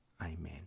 Amen